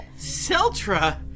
Seltra